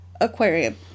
Aquarium